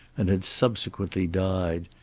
and had subsequently died,